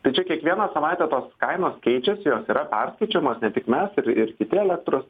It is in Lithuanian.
tai čia kiekvieną savaitę tos kainos keičias jos yra perskaičiuojamos ne tik mes ir kiti elektros